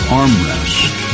armrest